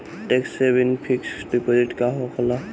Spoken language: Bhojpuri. टेक्स सेविंग फिक्स डिपाँजिट का होखे ला?